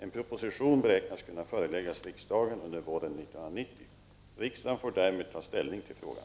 En proposition beräknas kunna föreläggas riksdagen under våren 1990. Riksdagen får därmed ta ställning till frågan.